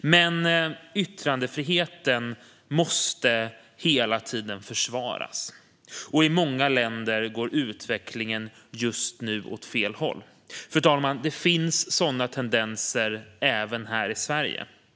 Men yttrandefriheten måste hela tiden försvaras. I många länder går utvecklingen just nu åt helt fel håll, och det finns sådana tendenser även i Sverige.